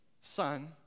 son